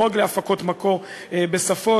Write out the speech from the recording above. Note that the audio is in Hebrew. לא רק להפקות מקור בשפות,